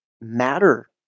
matter